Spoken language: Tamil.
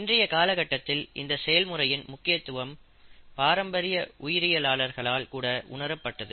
இன்றைய காலகட்டத்தில் இந்த செயல் முறையின் முக்கியத்துவம் பாரம்பரிய உயிரியலாளர்களால் கூட உணரப்பட்டது